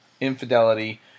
infidelity